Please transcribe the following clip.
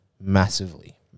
Massively